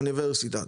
אוניברסיטה,